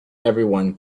everyone